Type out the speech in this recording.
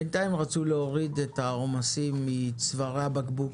בינתיים, רצו להוריד את העומסים מצווארי הבקבוק